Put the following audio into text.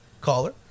Caller